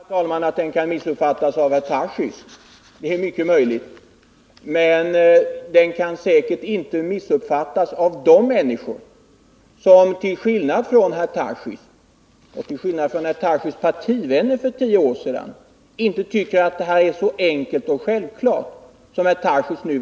Herr talman! Det är mycket möjligt att åtgärden kan missuppfattas av herr Tarschys, men den kan säkert inte missuppfattas av de människor som, till skillnad från herr Tarschys och hans partivänner för tio år sedan, inte tycker att detta är så enkelt och självklart som här görs gällande.